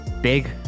Big